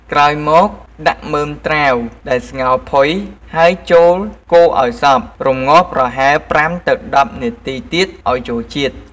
ក្រោយមក ដាក់មើមត្រាវដែលស្ងោរផុយហើយចូលកូរឱ្យសព្វ រម្ងាស់ប្រហែល ៥ ទៅ ១០ នាទីទៀតឱ្យចូលជាតិ។